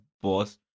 boss